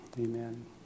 Amen